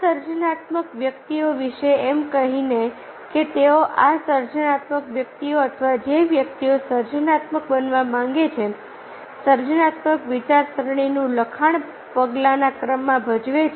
આ સર્જનાત્મક વ્યક્તિઓ વિશે એમ કહીને કે તેઓ આ સર્જનાત્મક વ્યક્તિઓ અથવા જે વ્યક્તિઓ સર્જનાત્મક બનવા માંગે છે સર્જનાત્મક વિચારસરણીનું લખાણ પગલાંના ક્રમમાં ભજવે છે